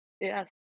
Yes